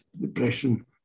depression